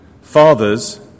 Fathers